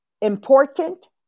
important